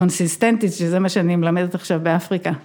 ‫קונסיסטנטית, שזה מה ‫שאני מלמדת עכשיו באפריקה.